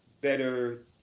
better